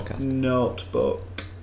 notebook